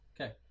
Okay